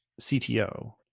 cto